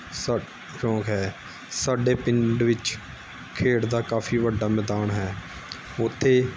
ਸਾ ਸੌਕ ਹੈ ਸਾਡੇ ਪਿੰਡ ਵਿੱਚ ਖੇਡ ਦਾ ਕਾਫੀ ਵੱਡਾ ਮੈਦਾਨ ਹੈ ਉੱਥੇ